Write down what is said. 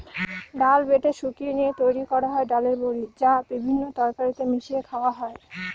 ডাল বেটে শুকিয়ে নিয়ে তৈরি করা হয় ডালের বড়ি, যা বিভিন্ন তরকারিতে মিশিয়ে খাওয়া হয়